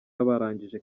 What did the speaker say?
abarangije